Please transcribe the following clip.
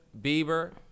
Bieber